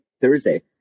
Thursday